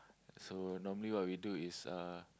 so normally what we do is uh